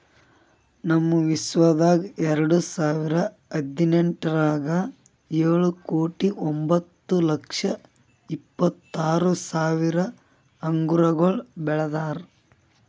ನಮ್ ವಿಶ್ವದಾಗ್ ಎರಡು ಸಾವಿರ ಹದಿನೆಂಟರಾಗ್ ಏಳು ಕೋಟಿ ತೊಂಬತ್ತು ಲಕ್ಷ ಇಪ್ಪತ್ತು ಆರು ಸಾವಿರ ಅಂಗುರಗೊಳ್ ಬೆಳದಾರ್